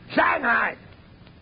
Shanghai